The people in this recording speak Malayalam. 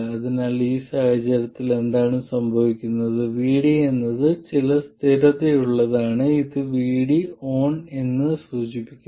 അതിനാൽ ഈ സാഹചര്യത്തിൽ എന്താണ് സംഭവിക്കുന്നത് VD എന്നത് ചില സ്ഥിരതയുള്ളതാണ് ഇത് VD ON എന്ന് സൂചിപ്പിക്കുന്നു